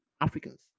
Africans